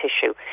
tissue